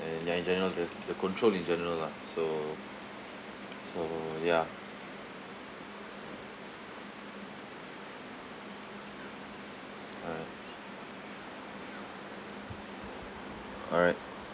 and ya in general there's the control in general lah so so ya uh alright